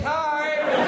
time